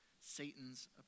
Satan's